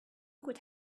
would